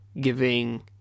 giving